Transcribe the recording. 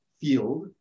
field